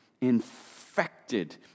infected